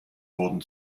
wurden